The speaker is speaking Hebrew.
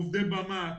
עובדי במה,